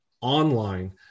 online